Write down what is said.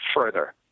further